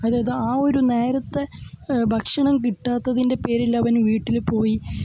അതായത് ആ ഒരു നേരത്തെ ഭക്ഷണം കിട്ടാത്തതിൻ്റെ പേരിൽ അവൻ വീട്ടിൽ പോയി